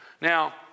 Now